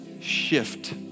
shift